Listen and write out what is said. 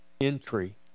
entry